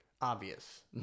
obvious